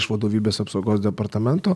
iš vadovybės apsaugos departamento